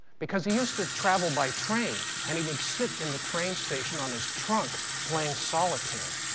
because he used to travel by train and he would sit in the train station on his trunk playing solitaire.